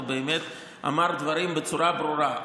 הוא באמת אמר דברים בצורה ברורה.